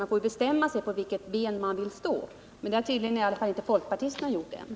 Man får bestämma sig på vilket ben man vill stå, men det har tydligen inte folkpartisterna gjort ännu.